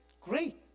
great